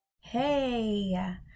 Hey